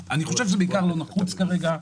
אני חושב שזה בעיקר לא נחוץ כרגע,